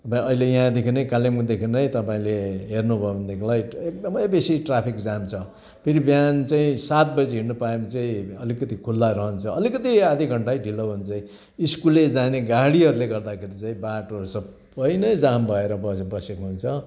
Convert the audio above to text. अहिले यहाँदेखि नै कालिम्पोङदेखि नै तपाईँले हेर्नु भयो भनेदेखिलाई एकदमै बेसी ट्राफिक जाम छ फेरि बिहान चाहिँ सात बजी हिँड्नु पायो भने चाहिँ अलिकति खुल्ला रहन्छ अलिकति आधी घन्टै ढिलो भयो भने चाहिँ स्कुले जाने गाडीहरूले गर्दाखेरि चाहिँ बाटोहरू सबै नै जाम भएर बसे बसेको हुन्छ